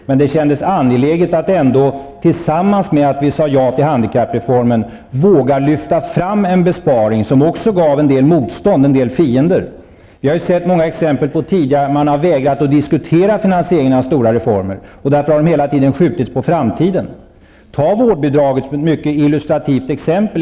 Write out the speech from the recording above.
Men det kändes ändå angeläget att vi, samtidigt som vi sade jag till handikappreformen, vågade lyfta fram en besparing som också gav en del motstånd och en del fiender. Vi har tidigare sett många exempel på att man har vägrat diskutera finansieringen av stora reformer. Därför har de hela tiden skjutits på framtiden. Ett illustrativt exempel är vårdbidraget.